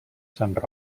sant